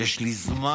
יש לי זמן,